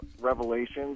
revelations